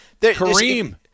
Kareem